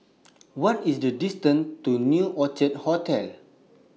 What IS The distance to New Orchid Hotel